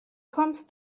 kommst